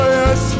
yes